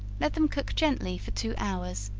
let them cook gently for two hours,